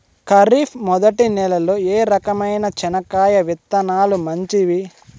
ఖరీఫ్ మొదటి నెల లో ఏ రకమైన చెనక్కాయ విత్తనాలు మంచివి